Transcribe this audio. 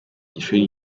ishuri